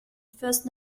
first